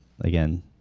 again